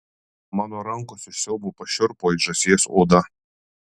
mano rankos iš siaubo pašiurpo it žąsies oda